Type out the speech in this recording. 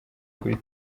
kuri